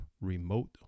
remote